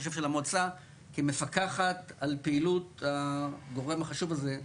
החשוב של המועצה כמפקחת על פעילות הגורם החשוב הזה,